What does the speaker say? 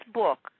book